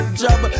job